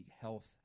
health